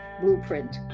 blueprint